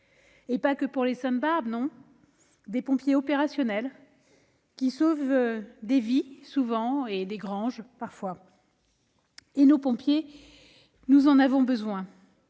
sont pas là que pour la Sainte-Barbe, ce sont des pompiers opérationnels, qui sauvent des vies, souvent, et des granges, parfois. Nos pompiers, nous en avons besoin.